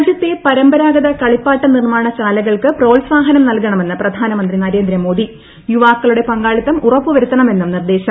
രാജ്യത്തെ പരമ്പരാഗത കളിപ്പാട്ട നിർമാണ ശാലകൾക്ക് പ്രോത്സാഹനം നൽകണമെന്ന് ഒ പ്രധാനമന്ത്രി നരേന്ദ്രമോദി യുവാക്കളുടെ പങ്കാളിത്തം ഉറപ്പു വരുത്തണമെന്നും നിർദേശം